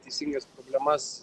teisingas problemas